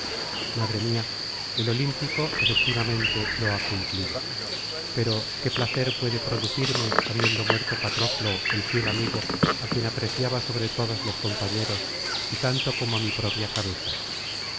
madre mía el olímpico efectivamente lo ha cumplido pero qué placer puede producirme habiendo muerto patroclo el fiel amigo á quien apreciaba sobre todos los compañeros y tanto como á mi propia cabeza